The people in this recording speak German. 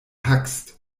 hackst